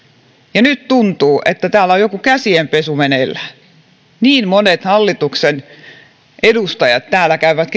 ja nyt tuntuu että täällä on joku käsienpesu meneillään niin monet hallituksen edustajat käyvät